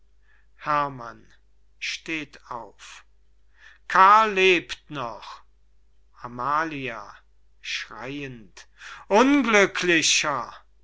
auf karl lebt noch amalia schreyend unglücklicher